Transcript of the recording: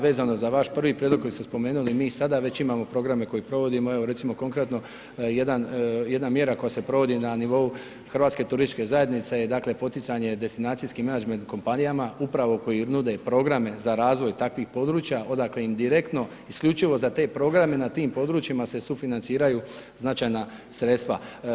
Vezano za vaš 1. prijedlog koji ste spomenuli, mi sada već imamo programe koje provodimo, evo, recimo, konkretno jedna mjera koja se provodi na nivou Hrvatske turističke zajednice, je dakle, poticanje destinacijskim menadžment kompanijama upravo koje nude programe za razvoj takvih područja, odakle im direktno, isključivo za te programe na tim područjima se sufinanciraju značajna sredstava.